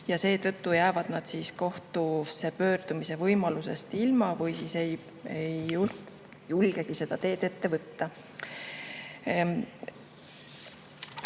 ja seetõttu jäävad nad kohtusse pöördumise võimalusest ilma, ei julgegi seda teed ette võtta.